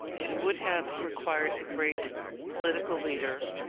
it would have required a great political leader,